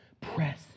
press